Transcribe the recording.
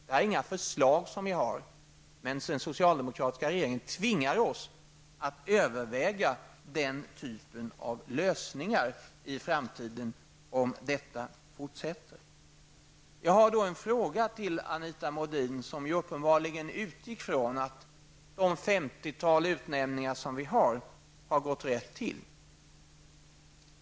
Detta är inga förslag som vi har, men den socialdemokratiska regeringen tvingar oss att överväga den typen av lösningar i framtiden om detta fortsätter. Jag har en fråga till Anita Modin. Hon utgick uppenbarligen från att de 50-tal utnämningar som jag har talat om, har gått rätt till.